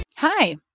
Hi